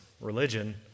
Religion